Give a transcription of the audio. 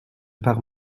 par